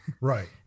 Right